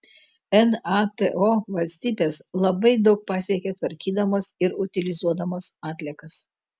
nato valstybės labai daug pasiekė tvarkydamos ir utilizuodamos atliekas